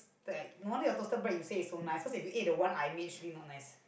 but like no wonder your toasted bread you say is so nice cause if you ate the one I made surely not nice